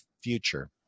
future